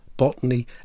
botany